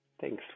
thanks